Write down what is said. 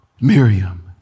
Miriam